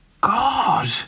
God